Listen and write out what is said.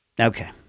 Okay